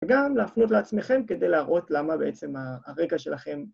וגם להפנות לעצמכם כדי להראות למה בעצם הרגע שלכם...